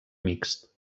mixt